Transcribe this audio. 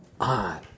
on